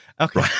Okay